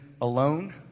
alone